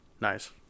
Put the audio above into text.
nice